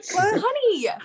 Honey